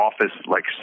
office-like